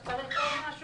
כי אתה מבין שהקורונה לא